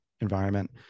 environment